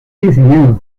diseñados